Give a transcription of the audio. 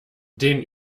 den